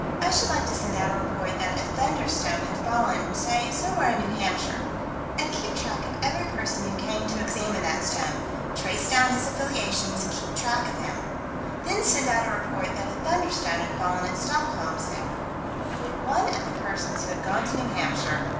i should like to send out a report that a thunderstone had fallen, say, somewhere in new hampshire and keep track of every person who came to examine that stone trace down his affiliations keep track of him then send out a report that a thunderstone had fallen at stockholm, say would one of the persons who had gone to new hampshire,